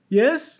yes